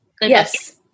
Yes